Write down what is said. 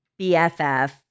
BFF